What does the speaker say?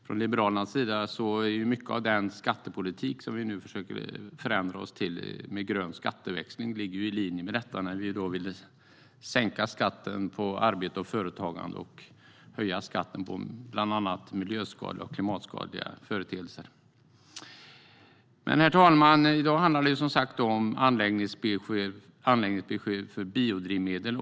Från Liberalernas sida ligger mycket av den skattepolitik som vi försöker ändra till, med grön skatteväxling, i linje med detta, när vi vill sänka skatten på arbete och företagande och höja skatten på bland annat miljöskadliga och klimatskadliga företeelser. Men, herr talman, i dag handlar det som sagt om anläggningsbesked för biodrivmedel.